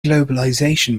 globalisation